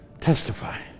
Testify